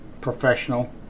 professional